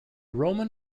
roman